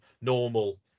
normal